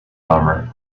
bomber